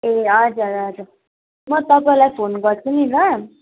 ए हजुर हजुर म तपाईँलाई फोन गर्छु नि ल